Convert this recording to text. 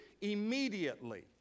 Immediately